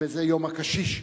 וזה יום הקשיש.